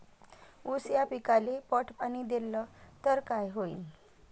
ऊस या पिकाले पट पाणी देल्ल तर काय होईन?